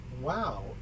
wow